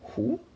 湖